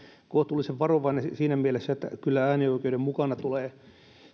kohtuullisen varovainen siinä mielessä että kyllä äänioikeuden mukana tulee